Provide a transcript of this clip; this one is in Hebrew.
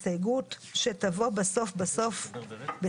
זה בסדר.